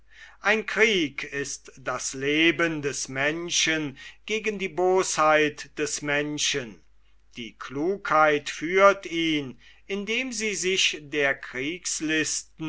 ein krieg ist das leben des menschen gegen die bosheit des menschen die klugheit führt ihn indem sie sich der